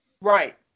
Right